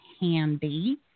handy